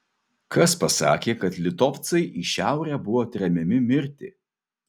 kas pasakė kad litovcai į šiaurę buvo tremiami mirti